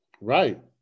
Right